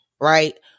right